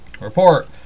report